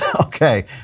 Okay